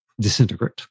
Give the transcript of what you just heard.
disintegrate